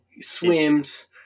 swims